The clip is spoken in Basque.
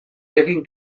egin